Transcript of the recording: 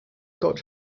god